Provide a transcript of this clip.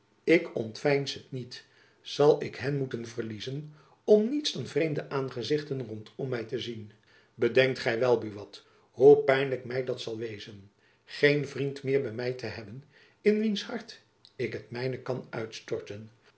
ik ontveins het my niet zal ik hen moeten verliezen om niets dan vreemde aangezichten rondom my te zien bedenkt gy wel buat hoe pijnlijk my dat zal wezen geen vriend meer by my te hebben in wiens hart ik het mijne kan uitstorten